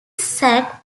sat